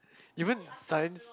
even science